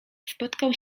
spotkał